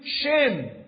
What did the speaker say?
shame